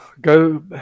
go